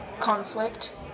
conflict